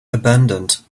abandoned